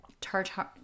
tartar